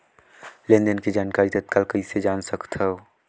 लेन देन के जानकारी तत्काल कइसे जान सकथव?